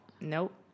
Nope